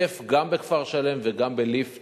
תקף גם בכפר-שלם וגם בליפתא.